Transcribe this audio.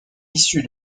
issue